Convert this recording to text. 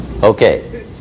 Okay